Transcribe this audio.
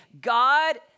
God